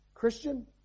Christian